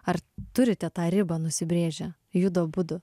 ar turite tą ribą nusibrėžę judu abudu